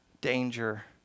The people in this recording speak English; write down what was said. danger